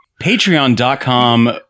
Patreon.com